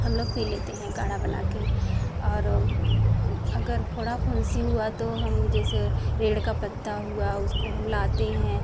हम लोगो पी लेते हैं काढ़ा बना के और अगर फोड़ा फुंसी हुआ तो हम जैसे पेड़ का पत्ता हुआ उसको हम लाते हैं